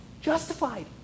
justified